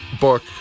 book